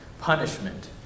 punishment